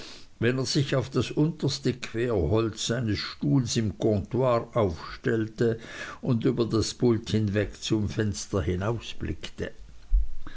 wenn er sich auf das unterste querholz seines stuhls im comptoir aufstellte und über das pult hinweg zum fenster